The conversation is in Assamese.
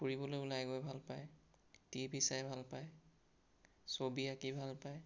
ফুৰিবলৈ ওলাই গৈ ভাল পায় টি ভি চাই ভাল পায় ছবি আঁকি ভাল পায়